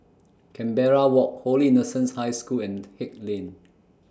Canberra Walk Holy Innocents' High School and Haig Lane